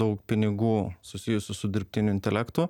daug pinigų susijusių su dirbtiniu intelektu